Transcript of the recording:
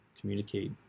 communicate